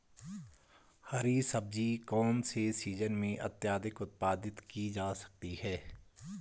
हरी सब्जी कौन से सीजन में अत्यधिक उत्पादित की जा सकती है?